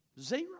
Zero